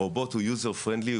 הרובוט הוא יוזר פרנדלי,